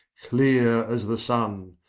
clear as the sun,